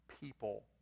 people